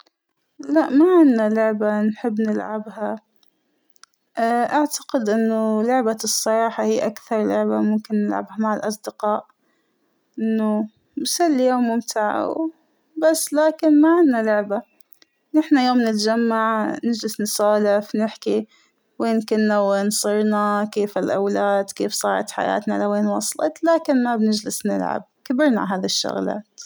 لأ ما عنا لعبة نحب نلعبها ، أعتقد إن لعبة الصراحة هى أكثر لعبة ممكن نلعبها مع الأصدقاء إنه مسلى يوم ممتع أو بس لكن ما عنا لعبة ، نحنا يوم نتجمع نجلس نسولف نحكى وين كنا ووين صرنا ، كيف الأولاد كيف صارت حياتنا لوين وصلت لكن ما بنجلس نلعب كبرنا على هذى الشغلات.